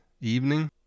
evening